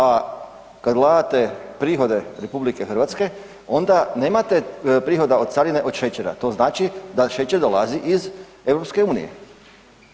A kad gledate prihode RH, onda nemate prihoda od carine od šećera, to znači da šećer dolazi iz EU-a.